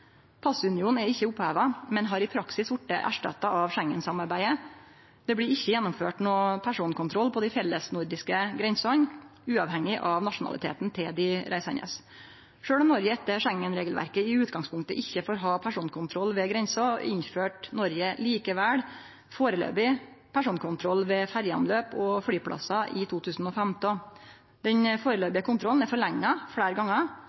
Passunionen er ikkje oppheva, men har i praksis vorte erstatta av Schengen-samarbeidet. Det blir ikkje gjennomført nokon personkontroll på dei felles nordiske grensene, uavhengig av nasjonaliteten til dei reisande. Sjølv om Noreg etter Schengen-regelverket i utgangspunktet ikkje får ha personkontroll ved grensa, innførte Noreg likevel mellombels personkontroll ved ferjeanløp og flyplassar i 2015. Den mellombelse kontrollen er forlengd fleire